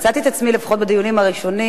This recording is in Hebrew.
מצאתי את עצמי לפחות בדיונים הראשונים